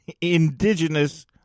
indigenous